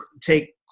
take